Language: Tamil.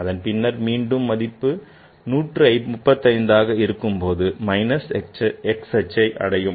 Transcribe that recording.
அதன் பின்னர் மீண்டும் மதிப்பு 135ஆக இருக்கும்போது minus x அச்சை அடையும்